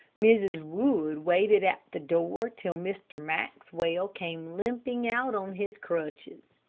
mrs. wood waited at the door till mr. maxwell came limping out on his crutches.